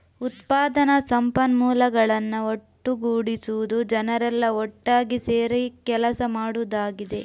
ಉತ್ಪಾದನಾ ಸಂಪನ್ಮೂಲಗಳನ್ನ ಒಟ್ಟುಗೂಡಿಸುದು ಜನರೆಲ್ಲಾ ಒಟ್ಟಾಗಿ ಸೇರಿ ಕೆಲಸ ಮಾಡುದಾಗಿದೆ